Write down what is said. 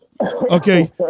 Okay